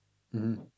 mmhmm